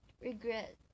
regret